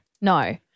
no